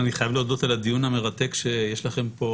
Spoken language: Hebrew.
אני חייב להודות על הדיון המרתק שיש לכם פה,